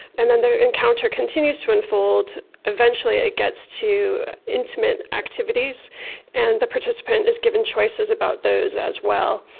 and then their encounter continues to unfold. eventually it gets to intimate activities and the participant is given choices about those as well.